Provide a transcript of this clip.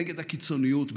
נגד הקיצוניות,